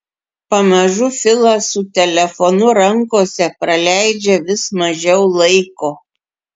pamažu filas su telefonu rankose praleidžia vis mažiau laiko